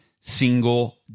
single